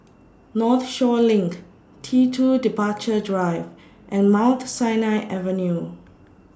Northshore LINK T two Departure Drive and Mount Sinai Avenue